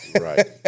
Right